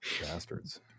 Bastards